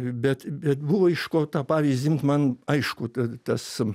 bet bet buvo iš ko tą pavyzdį imt man aišku tas